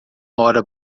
hora